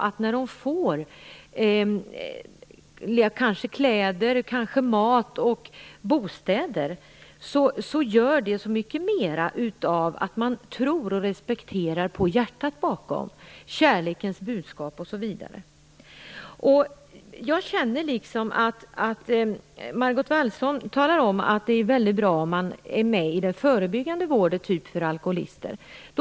Att människor får kläder, mat och bostäder gör att de tror och respekterar att det finns ett hjärta bakom - kärlekens budskap osv. Margot Wallström säger att det är mycket bra om de är med i den förebyggande vården för t.ex. alkoholister.